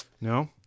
No